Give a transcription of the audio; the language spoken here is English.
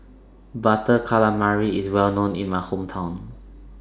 Butter Calamari IS Well known in My Hometown